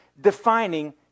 defining